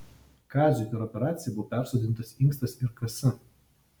kaziui per operaciją buvo persodintas inkstas ir kasa